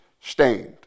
stained